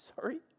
Sorry